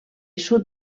sud